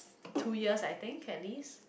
two years I think at least